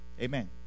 Amen